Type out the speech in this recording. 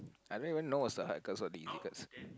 I don't even know what's the hard cards cause of the easy cards